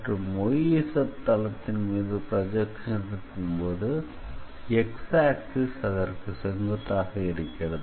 மற்றும் yz தளத்தின் மீது ப்ரொஜெக்ஷன் எடுக்கும்போது x ஆக்சிஸ் அதற்கு செங்குத்தாக இருக்கிறது